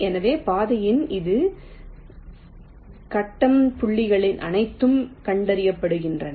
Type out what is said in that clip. எனவே பாதையில் அது கட்டம் புள்ளிகள் அனைத்தும் கண்டறியப்படுகின்றன